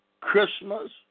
Christmas